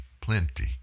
plenty